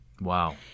Wow